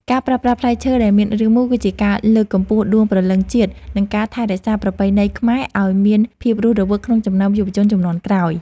ការប្រើប្រាស់ផ្លែឈើដែលមានរាងមូលគឺជាការលើកកម្ពស់ដួងព្រលឹងជាតិ និង ការថែរក្សាប្រពៃណីខ្មែរឱ្យមានភាពរស់រវើកក្នុងចំណោមយុវជនជំនាន់ក្រោយ។